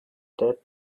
that